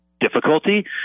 difficulty